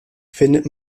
findet